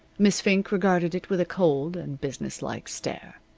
miss fink regarded it with a cold and business-like stare.